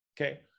Okay